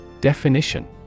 Definition